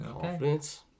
Confidence